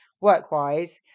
work-wise